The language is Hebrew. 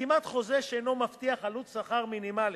חתימת חוזה שאינו מבטיח עלות שכר מינימלית,